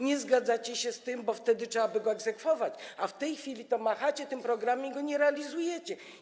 Nie zgadzacie się z tym, bo wtedy trzeba by go egzekwować, a w tej chwili machacie tym programem i go nie realizujecie.